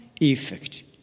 effect